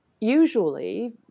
usually –